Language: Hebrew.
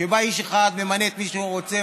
שבה איש אחד ממנה את מי שהוא רוצה,